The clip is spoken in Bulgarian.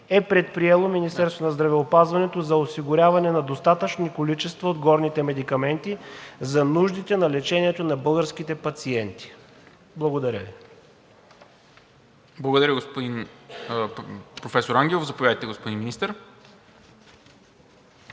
е предприело Министерството на здравеопазването за осигуряване на достатъчни количества от горните медикаменти за нуждите на лечението на българските пациенти? Благодаря. ПРЕДСЕДАТЕЛ НИКОЛА МИНЧЕВ: Благодаря, професор Ангелов. Заповядайте, господин Министър.